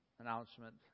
announcement